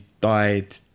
died